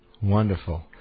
wonderful